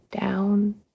down